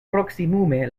proksimume